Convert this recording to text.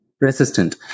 resistant